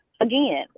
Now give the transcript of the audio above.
again